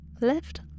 left